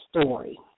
story